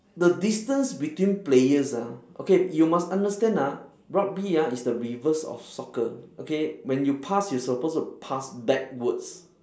the distance between players ah okay you must understand ah rugby ah is the reverse of soccer okay when you pass you're supposed to pass backwards